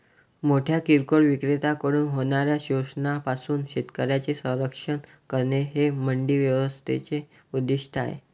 मोठ्या किरकोळ विक्रेत्यांकडून होणाऱ्या शोषणापासून शेतकऱ्यांचे संरक्षण करणे हे मंडी व्यवस्थेचे उद्दिष्ट आहे